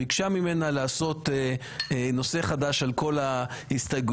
ביקשה ממנה לעשות נושא חדש על כל ההסתייגויות,